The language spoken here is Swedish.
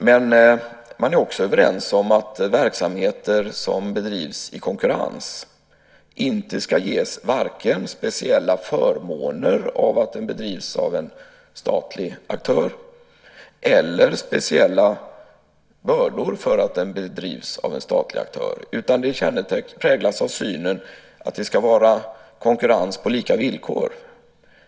Men man är också överens om att verksamheter som bedrivs i konkurrens inte ska ges vare sig speciella förmåner eller speciella bördor därför att de bedrivs av en statlig aktör. Den syn som präglar detta är att det ska vara konkurrens på lika villkor.